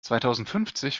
zweitausendfünfzig